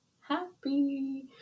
happy